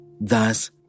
Thus